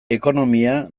ekonomia